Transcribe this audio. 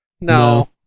No